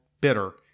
bitter